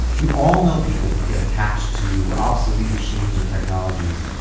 we all know people that get attached to obsolete machines or technologies.